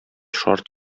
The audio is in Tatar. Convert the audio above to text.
шарт